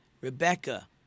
Rebecca